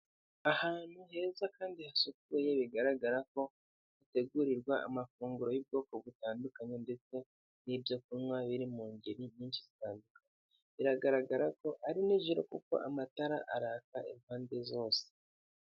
Ahantu heza kandi hasukuye bigaragara ko hategurirwa amafunguro y'ubwoko butandukanye ndetse n'ibyo kunywa biri mu ngeri nyinshi zitandukanye, biragaragara ko ari n'ijoro kuko amatara araka impande zose.